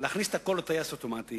להכניס הכול ל"טייס אוטומטי",